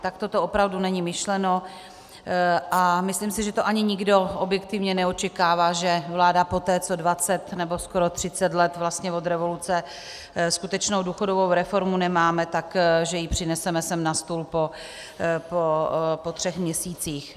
Takto to opravdu není myšleno a myslím si, že to ani nikdo objektivně neočekává, že vláda poté, co 20 nebo skoro 30 let od revoluce skutečnou důchodovou reformu nemáme, že ji přineseme sem na stůl po třech měsících.